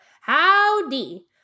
Howdy